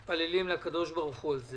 אנחנו מתפללים לקדוש ברוך הוא על זה.